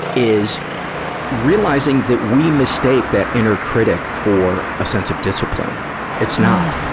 is realizing that we mistake that inner critic for a sense of discipline it's not.